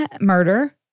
Murder